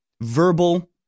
Verbal